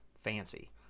fancy